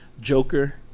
joker